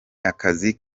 akazi